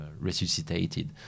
resuscitated